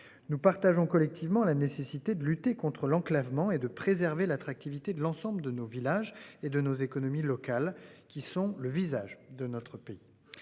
Nous partageons collectivement la nécessité de lutter contre l'enclavement et de préserver l'attractivité de l'ensemble de nos villages et de nos économies locales qui sont le visage de notre pays